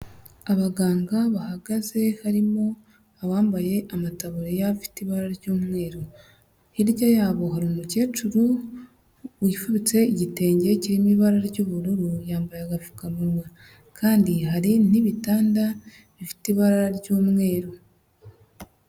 Abaganga bahagaze, harimo abambaye amataburiya afite ibara ry'umweru, hirya yabo hari umukecuru wifubitse igitenge kirimo ibara ry'ubururu, yambaye agapfukamunwa kandi hari n'ibitanda bifite ibara ry'umweru.